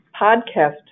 podcast